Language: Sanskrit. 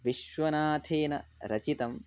विश्वनाथेन रचितम्